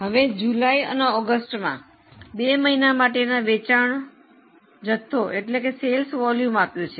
હવે જુલાઇ અને ઓગસ્ટમાં બે મહિના માટે ના વેચાણ જથ્થો આપ્યું છે